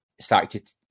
started